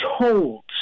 told